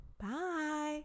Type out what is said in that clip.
Bye